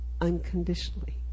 unconditionally